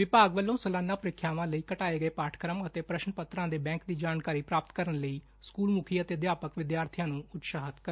ਵਿਭਾਗ ਵਲੋ ਪ੍ਰਿਖਿਆਵਾਂ ਲਈ ਘਟਾਏ ਗਏ ਪਾਠਕੁਮਾਂ ਅਤੇ ਪ੍ਰਸ਼ਨ ਪੱਤਰਾਂ ਦੇ ਬੈਕ ਦੀ ਜਾਣਕਾਰੀ ਪ੍ਰਾਪਤ ਕਰਨ ਲਈ ਸਕੂਲ ਮੁਖੀ ਅਤੇ ਅਧਿਆਪਕ ਵਿਦਿਆਰਬੀਆਂ ਨੂੰ ਉਤਸ਼ਾਹਤ ਕਰਨ